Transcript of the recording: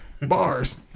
Bars